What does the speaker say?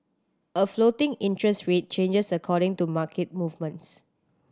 a floating interest rate changes according to market movements